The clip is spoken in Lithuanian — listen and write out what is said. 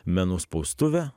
menų spaustuvė